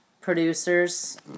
producers